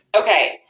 Okay